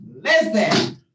Listen